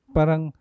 Parang